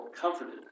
comforted